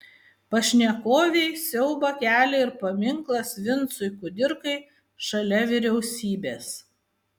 pašnekovei siaubą kelia ir paminklas vincui kudirkai šalia vyriausybės